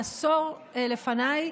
בעשור לפניי,